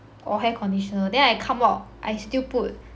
or hair conditioner then I come out I still put